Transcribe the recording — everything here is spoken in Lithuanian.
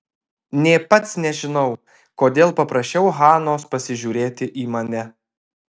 nė pats nežinau kodėl paprašiau hanos pasižiūrėti į mane